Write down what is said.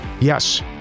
Yes